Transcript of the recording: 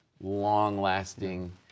long-lasting